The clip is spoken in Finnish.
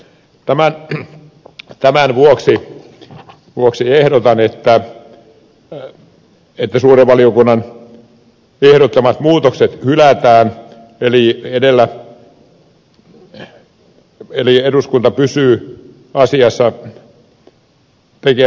tämän vuoksi ehdotan että suuren valiokunnan ehdottamat muutokset hylätään eli eduskunta pysyy asiassa tekemässään päätöksessä